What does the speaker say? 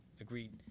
agreed